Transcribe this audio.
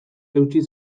eutsi